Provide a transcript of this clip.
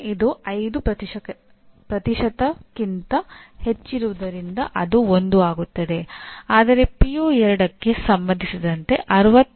ಇದು ಸಾಕಷ್ಟು ವಿಸ್ತಾರವಾದ ಪ್ರಕ್ರಿಯೆಯಾಗಿ ಪರಿಣಮಿಸುತ್ತದೆ ಮತ್ತು ಈ ಪ್ರಕ್ರಿಯೆಯನ್ನು ಅನುಸರಿಸುವ ಮೂಲಕ ಕಲಿಕೆಯ ಗುಣಮಟ್ಟವು ಹೆಚ್ಚು ಸುಧಾರಿಸುತ್ತದೆ ಎಂದು ಭಾವಿಸಲಾಗಿದೆ